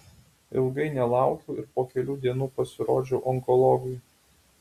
ilgai nelaukiau ir po kelių dienų pasirodžiau onkologui